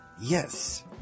Yes